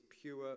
pure